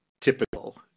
typical